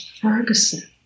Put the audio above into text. Ferguson